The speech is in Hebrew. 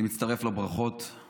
אני מצטרף לברכות על